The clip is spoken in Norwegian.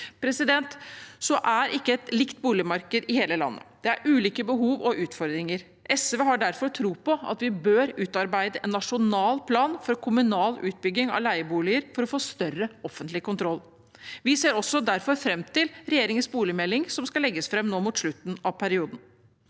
er det ikke et likt boligmarked i hele landet. Det er ulike behov og utfordringer. SV har derfor tro på at vi bør utarbeide en nasjonal plan for kommunal utbygging av leieboliger for å få større offentlig kontroll. Vi ser derfor også fram til regjeringens boligmelding, som skal legges fram nå mot slutten av perioden.